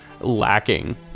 lacking